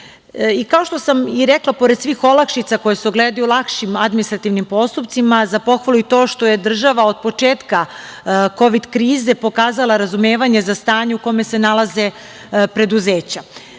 što sam rekla, pored svih olakšica koje se ogledaju u lakšim administrativnim postupcima, za pohvalu je i to što je država od početka kovid krize pokazala razumevanje za stanje u kome se nalaze preduzeća.